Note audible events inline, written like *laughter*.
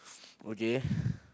okay *breath*